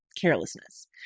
carelessness